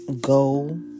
go